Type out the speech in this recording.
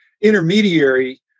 intermediary